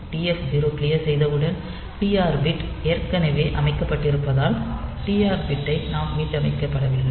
TF0 clear செய்தவுடன் TR bit ஏற்கனவே அமைக்கப்பட்டிருப்பதால் TR பிட் ஐ நாம் மீட்டமைக்கப்படவில்லை